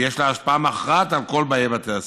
ויש לה השפעה מכרעת על כל באי בתי הספר.